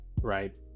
right